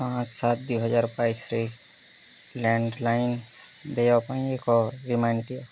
ପାଞ୍ଚ ସାତ ଦୁଇ ହଜାର ବାଇଶିରେ ଲ୍ୟାଣ୍ଡ୍ଲାଇନ୍ ଦେୟ ପାଇଁ ଏକ ରିମାଇଣ୍ଡ୍ ଦିଅ